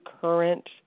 current